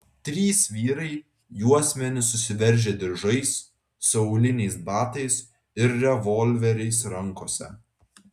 trys vyrai juosmenis susiveržę diržais su auliniais batais ir revolveriais rankose